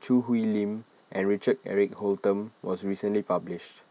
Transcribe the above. Choo Hwee Lim and Richard Eric Holttum was recently published